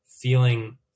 feeling